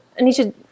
Anisha